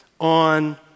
on